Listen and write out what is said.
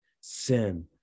sin